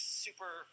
super